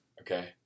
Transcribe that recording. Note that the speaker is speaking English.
Okay